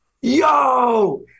yo